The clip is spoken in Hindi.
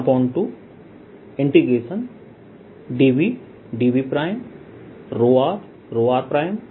r r